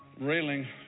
railing